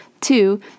Two